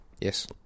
Yes